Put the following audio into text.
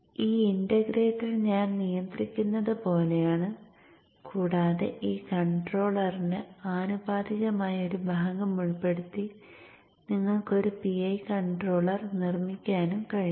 ഈ ഇന്റഗ്രേറ്റർ ഞാൻ നിയന്ത്രിക്കുന്നത് പോലെയാണ് കൂടാതെ ഈ കൺട്രോളറിന് ആനുപാതികമായ ഒരു ഭാഗം ഉൾപ്പെടുത്തി നിങ്ങൾക്ക് ഒരു PI കൺട്രോളർ നിർമ്മിക്കാനും കഴിയും